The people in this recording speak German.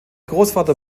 großvater